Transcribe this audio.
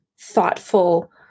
thoughtful